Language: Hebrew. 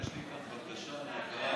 יש לי כאן בקשה מהקהל,